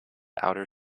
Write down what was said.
outer